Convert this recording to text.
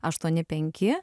aštuoni penki